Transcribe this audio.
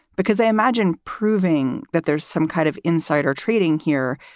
because i imagine proving that there's some kind of insider trading here,